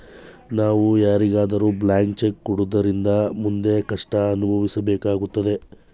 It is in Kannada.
ನಾವು ಯಾರಿಗಾದರೂ ಬ್ಲಾಂಕ್ ಚೆಕ್ ಕೊಡೋದ್ರಿಂದ ಮುಂದೆ ಕಷ್ಟ ಅನುಭವಿಸಬೇಕಾಗುತ್ತದೆ